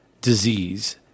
disease